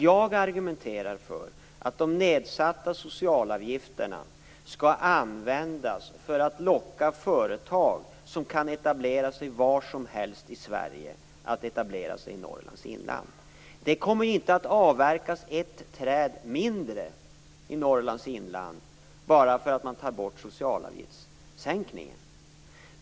Jag argumenterar för att de nedsatta socialavgifterna skall användas för att locka företag som kan etablera sig var som helst i Sverige att etablera sig i Norrlands inland. Det kommer inte att avverkas ett träd mindre i Norrlands inland bara för att man tar bort socialavgiftssänkningen.